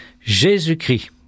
Jésus-Christ